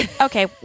Okay